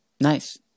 nice